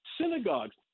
synagogues